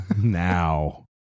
now